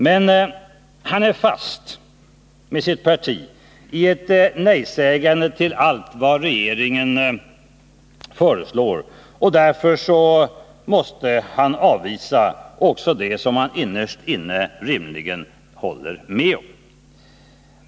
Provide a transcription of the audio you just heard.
Men han är med sitt parti fast i ett nejsägande när det gäller allt vad regeringen föreslår, och därför måste han avvisa också det som han innerst inne rimligen håller med om.